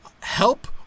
help